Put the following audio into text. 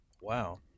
wow